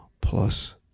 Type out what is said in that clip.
plus